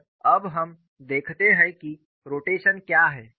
और अब हम देखते हैं कि रोटेशन क्या है